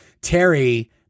terry